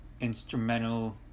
instrumental